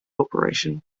corporation